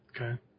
Okay